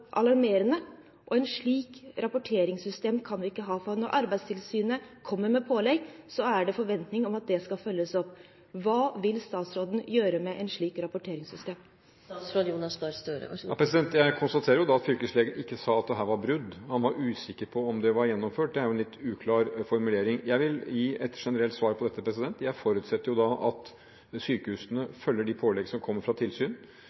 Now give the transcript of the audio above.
alarmerende, og et slikt rapporteringssystem kan vi ikke ha. Når Arbeidstilsynet kommer med pålegg, er det med forventninger om at de skal følges opp. Hva vil statsråden gjøre med et slikt rapporteringssystem? Jeg konstaterer at Fylkeslegen ikke sa at det her var brudd. Man var usikker på om tiltakene var gjennomført – det er jo en litt uklar formulering. Jeg vil gi et generelt svar på dette. Jeg forutsetter at sykehusene følger de pålegg som kommer fra tilsynene. De er gjenstand for nøye kontroll fra, jeg tror, 11, 12, 13 forskjellige tilsyn.